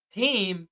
team